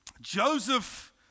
Joseph